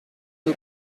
une